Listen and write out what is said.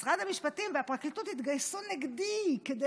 משרד המשפטים והפרקליטות התגייסו נגדי כדי